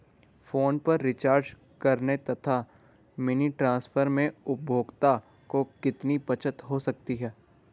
Phone पर recharge करने तथा मनी ट्रांसफर में उपभोक्ता को कितनी बचत हो सकती है?